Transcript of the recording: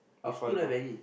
our school don't have any